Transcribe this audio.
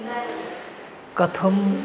कथम्